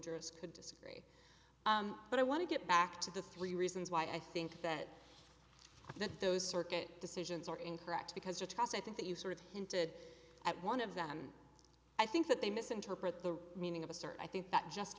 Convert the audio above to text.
jurors could decide but i want to get back to the three reasons why i think that that those circuit decisions are incorrect because you trust i think that you sort of hinted at one of them i think that they misinterpret the meaning of assert i think that just